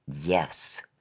Yes